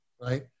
right